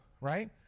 right